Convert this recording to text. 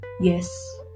yes